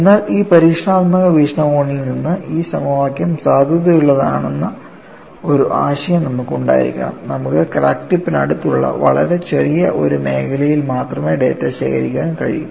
എന്നാൽ ഒരു പരീക്ഷണാത്മക വീക്ഷണകോണിൽ നിന്ന് ഈ സമവാക്യം സാധുതയുള്ളതാണെന്ന ഒരു ആശയം നമുക്ക് ഉണ്ടായിരിക്കണം നമുക്ക് ക്രാക്ക് ടിപ്പിനടുത്തുള്ള വളരെ ചെറിയ ഒരു മേഖലയിൽ മാത്രമേ ഡാറ്റ ശേഖരിക്കാൻ കഴിയൂ